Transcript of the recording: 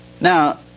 Now